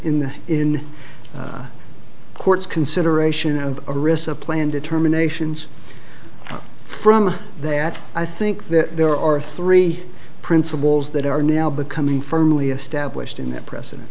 in the in courts consideration of a recipient and determinations from that i think that there are three principles that are now becoming firmly established in that precedent